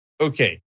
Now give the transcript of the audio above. Okay